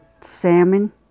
salmon